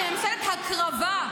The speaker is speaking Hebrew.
אתם ממשלת הקרבה.